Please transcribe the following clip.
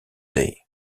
day